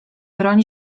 broni